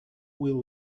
will